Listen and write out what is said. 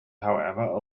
however